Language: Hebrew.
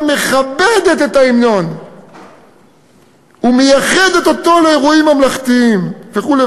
מכבדת את ההמנון ומייחדת אותו לאירועים ממלכתיים וכו'.